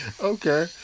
Okay